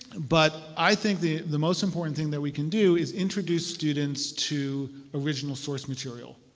but i think the the most important thing that we can do is introduce students to original source material.